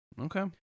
Okay